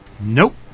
Nope